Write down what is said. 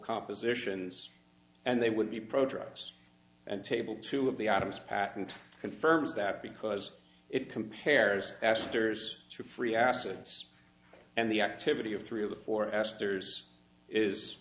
compositions and they would be progress and table two of the items patent confirms that because it compares asters to free acids and the activity of three of the four asters is